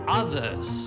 others